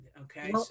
okay